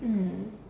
mmhmm